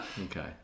Okay